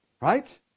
right